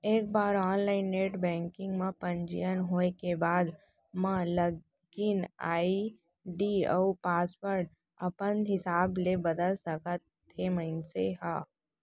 एक बार online net banking म पंजीयन होए के बाद म लागिन आईडी अउ पासवर्ड अपन हिसाब ले बदल सकत हे मनसे ह